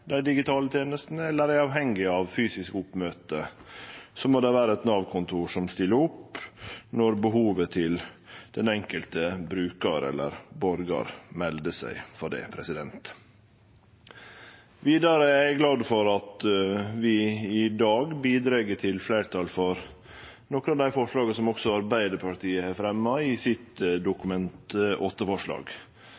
dei digitale tenestene eller er avhengig av fysisk oppmøte, må det vere eit Nav-kontor som stiller opp når behovet til den enkelte brukaren eller borgaren melder seg for det. Vidare er eg glad for at vi i dag bidreg til fleirtal også for nokre av dei forslaga som Arbeidarpartiet har fremja i sitt